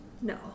No